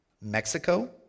Mexico